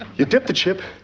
you dipped the chip,